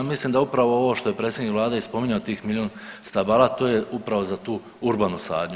Ja mislim da upravo ovo što je predsjednik vlade i spominjao tih milijun stabala to je upravo za tu urbanu sadnju.